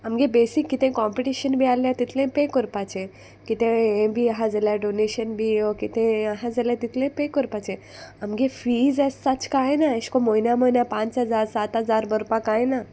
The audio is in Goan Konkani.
आमगे बेसीक कितें कॉम्पिटिशन बी आहलें तितलें पे करपाचें कितें हें बी आहा जाल्यार डोनेशन बी ऑर कितें आहा जाल्यार तितलें पे कोरपाचें आमगे फीज एसाचें कांय ना एशको म्हयन्या म्हयन्या पांच हजार सात हजार बरोवपाक कांय ना